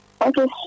Okay